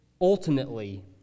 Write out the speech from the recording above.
Ultimately